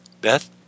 Beth